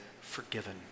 forgiven